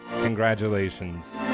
Congratulations